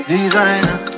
Designer